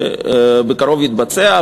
שבקרוב תתבצע.